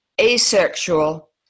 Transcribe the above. asexual